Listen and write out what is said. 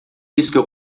isso